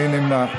מי נמנע?